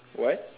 what